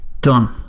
done